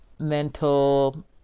mental